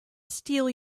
steal